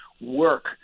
work